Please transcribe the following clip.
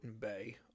Bay